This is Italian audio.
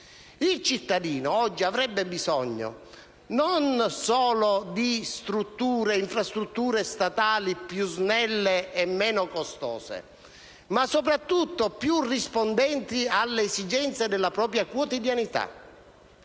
Il cittadino oggi avrebbe bisogno di strutture e infrastrutture statali non solo più snelle e meno costose, ma soprattutto più rispondenti alle esigenze della propria quotidianità.